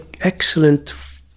excellent